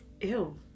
Ew